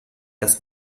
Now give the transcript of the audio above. dass